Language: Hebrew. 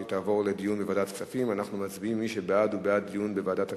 שהיא תעבור לדיון בוועדת הכספים.